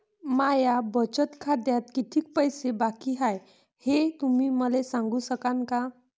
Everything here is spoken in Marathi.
माया बचत खात्यात कितीक पैसे बाकी हाय, हे तुम्ही मले सांगू सकानं का?